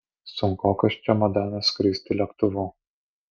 sunkokas čemodanas skristi lėktuvu